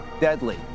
deadly